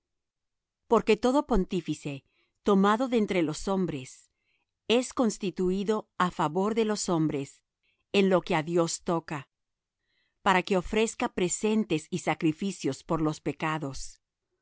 porque todo pontífice tomado de entre los hombres es constituído á favor de los hombres en lo que á dios toca para que ofrezca presentes y sacrificios por los pecados